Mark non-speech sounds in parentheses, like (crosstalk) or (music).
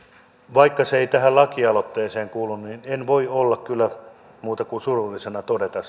vaikka se ei tähän lakialoitteeseen kuulu niin en voi kyllä muuta kuin surullisena todeta (unintelligible)